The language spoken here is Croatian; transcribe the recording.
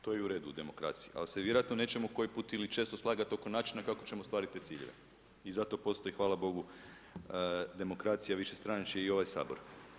To je i u redu u demokraciji, ali se vjerojatno nećemo koji put ili često slagat oko načina kako ćemo ostvarit te ciljeve i zato postoji hvala Bogu demokracija višestranačje i ovaj Sabor.